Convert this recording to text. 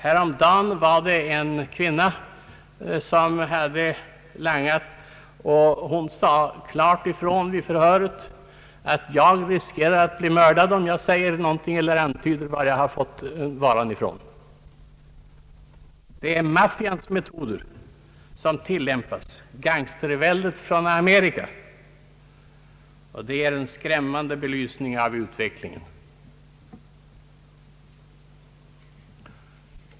Häromdagen förklarade en kvinna vid ett förhör om narkotikalangning att hon riskerade att bli mördad om hon antydde var hon hade fått sin vara. Här är det maffiametoder som tilllämpas, gangsterväldet från Amerika. Detta ger en skrämmande belysning av utvecklingen.